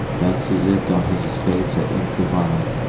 thus he lived on his estates at inkovano,